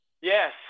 Yes